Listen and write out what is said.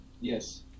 Yes